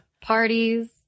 Parties